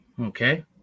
okay